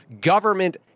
Government